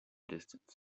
distance